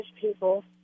people